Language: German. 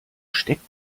steckt